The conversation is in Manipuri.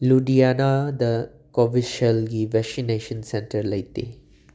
ꯂꯨꯗꯤꯌꯥꯅꯥꯗ ꯀꯣꯕꯤꯁꯤꯜꯒꯤ ꯕꯦꯁꯤꯅꯦꯁꯟ ꯁꯦꯟꯇꯔ ꯂꯩꯇꯦ